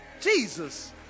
Jesus